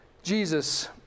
Jesus